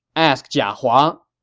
ask jia hua.